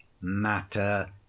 matter